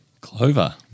Clover